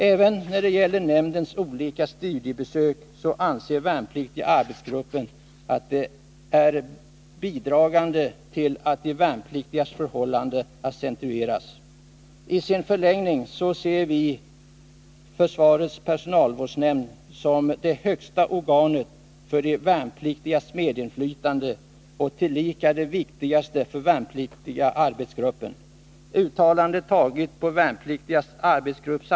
Även när det gäller nämndens olika studiebesök så anser Värnpliktiga Arbetsgruppen att de är bidragande till att de värnpliktigas förhållanden accentueras. I sin förlängning så ser vi FPFVN som det högsta organet för de värnpliktigas medinflytande och tillika det viktigaste för Värnpliktiga Arbetsgruppen.